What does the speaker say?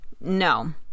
No